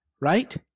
right